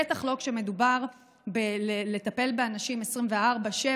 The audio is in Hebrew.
בטח לא כשמדובר בלטפל באנשים 24/7,